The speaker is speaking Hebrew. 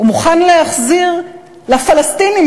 הוא מוכן להחזיר לפלסטינים,